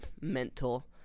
mental